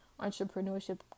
entrepreneurship